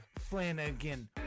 Flanagan